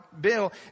bill